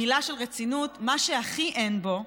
מילה של רצינות, מה שהכי אין בו,